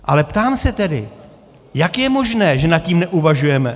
Ale ptám se tedy: Jak je možné, že nad tím neuvažujeme?